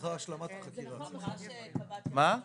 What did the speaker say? צריכים לדייק את הנושא של הקנסות המינהליים